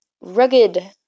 rugged